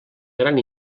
gran